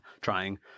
trying